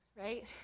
right